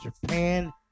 Japan